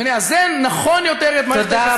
ונאזן נכון יותר את מערכת היחסים בין שלוש הרשויות.